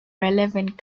relevant